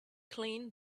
clean